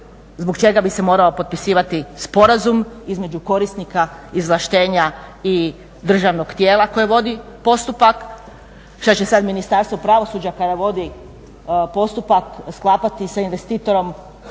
zbog čega bi se morao potpisivati sporazum između korisnika izvlaštenja i državnog tijela koje vodi postupak. Šta će sad Ministarstvo pravosuđa kada vodi postupak sklapati sa investitorom sporazum?